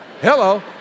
Hello